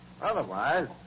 Otherwise